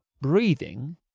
breathing